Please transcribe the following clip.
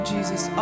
Jesus